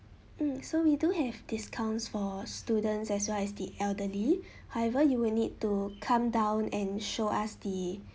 mm so we do have discounts for students as well as the elderly however you would need to come down and show us the